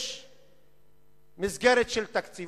יש מסגרת תקציב,